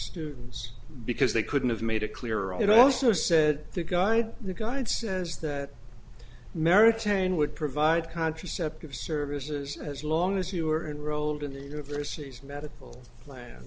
students because they couldn't have made it clear and also said the guide the guide says that marriage ten would provide contraceptive services as long as you are and rolled in the university's medical plan